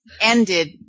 ended